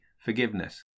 forgiveness